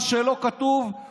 ומה שלא כתוב,